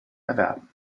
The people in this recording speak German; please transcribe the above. erwerben